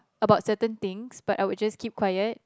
about certain things bout I would just keep quiet